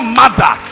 mother